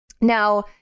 Now